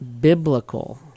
biblical